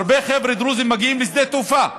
הרבה חבר'ה דרוזים מגיעים לשדה התעופה,